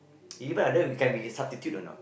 even I don't know you can be substitute or not